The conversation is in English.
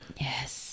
Yes